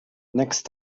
next